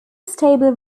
stable